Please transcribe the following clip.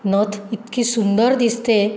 नथ इतकी सुंदर दिसते